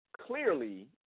Clearly